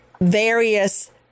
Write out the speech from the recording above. various